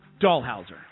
Dahlhauser